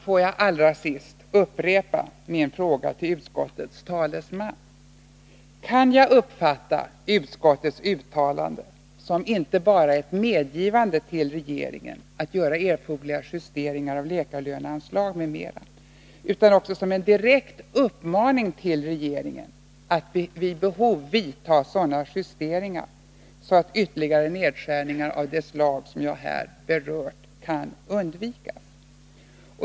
Låt mig allra sist upprepa min fråga till utskottets talesman: Kan jag uppfatta utskottets uttalande som inte bara ett medgivande till regeringen att göra erforderliga justeringar av läkarlöneanslag m.m. utan också som en direkt uppmaning till regeringen att vid behov vidta sådana justeringar, så att ytterligare nedskärningar av det slag jag berört kan undvikas?